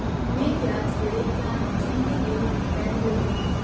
वे ब्याज दरें क्या हैं जिनके लिए मैं योग्य हूँ?